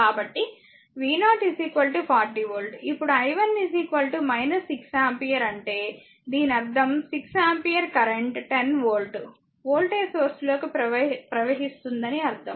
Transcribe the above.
కాబట్టి v0 40 volt ఇప్పుడు i 1 6 ampere అంటే దీని అర్ధం 6 ampere current 10 volt voltage source లోకి ప్రవహిస్తుందని అర్థం